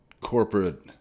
corporate